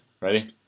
ready